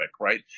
right